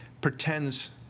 pretends